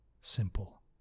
Simple